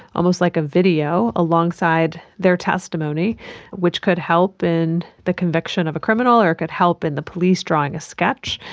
almost like a video alongside their testimony which could help in the conviction of a criminal or could help in the police drawing a sketch,